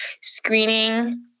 screening